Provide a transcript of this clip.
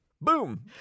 Boom